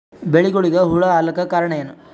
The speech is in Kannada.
ಬೆಳಿಗೊಳಿಗ ಹುಳ ಆಲಕ್ಕ ಕಾರಣಯೇನು?